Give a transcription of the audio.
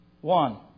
One